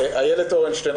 אילת אורנשטיין,